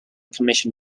commission